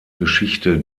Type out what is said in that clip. geschichte